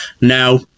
Now